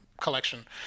collection